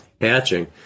hatching